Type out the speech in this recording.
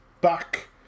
back